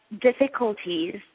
difficulties